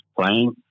playing